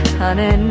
honey